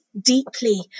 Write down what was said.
deeply